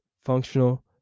Functional